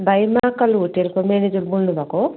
भाइ महाकाल होटेलको म्यानेजर बोल्नु भएको हो